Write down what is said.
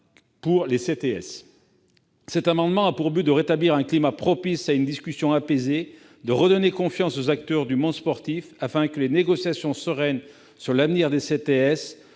pas aux CTS. Mon amendement a pour objet de rétablir un climat propice à une discussion apaisée, de redonner confiance aux acteurs du monde sportif, afin que des négociations sereines sur l'avenir des CTS